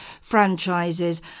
franchises